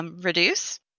reduce